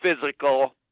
physical